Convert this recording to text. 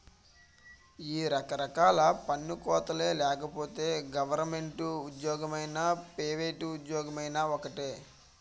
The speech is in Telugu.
ఈ రకరకాల పన్ను కోతలే లేకపోతే గవరమెంటు ఉజ్జోగమైనా పైవేట్ ఉజ్జోగమైనా ఒక్కటే